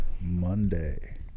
Monday